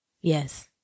Yes